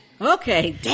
Okay